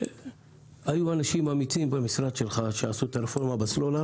במשרד שלך היו אנשים אמיצים שעשו את הרפורמה בסלולר